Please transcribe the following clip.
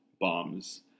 Bombs